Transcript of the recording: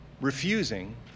refusing